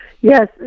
Yes